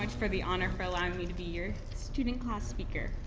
like for the honor for allowing me to be your student class speaker.